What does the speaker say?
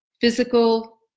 physical